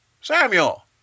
Samuel